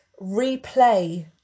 Replay